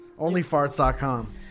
Onlyfarts.com